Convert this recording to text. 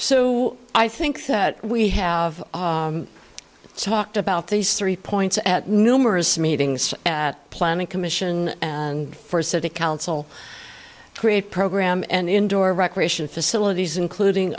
so i think that we have talked about these three points at numerous meetings at planning commission and first city council create program and indoor recreation facilities including